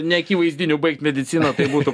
neakivaizdiniu baigt mediciną tai būtų